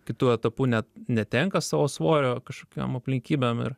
kitu etapu net netenka savo svorio kažkokiom aplinkybėm ir